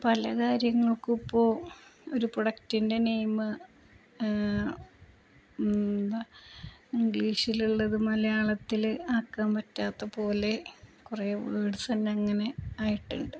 പല കാര്യങ്ങൾക്കുമിപ്പോള് ഒരു പ്രൊഡക്ടിൻ്റെ നെയിം എന്താണ് ഇംഗ്ലീഷിലുള്ളതു മലയാളത്തിലാക്കാൻ പറ്റാത്തതുപോലെ കുറേ വേഡ്സെന്നെ അങ്ങനെ ആയിട്ടുണ്ട്